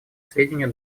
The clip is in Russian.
сведению